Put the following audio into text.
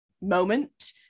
moment